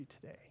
today